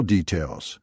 Details